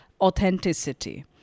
authenticity